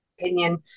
opinion